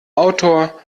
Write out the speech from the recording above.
autor